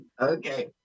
Okay